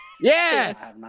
Yes